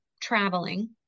traveling